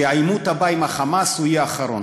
שהעימות הבא עם ה"חמאס" יהיה האחרון,